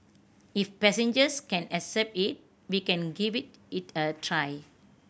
if passengers can accept it we can give it it a try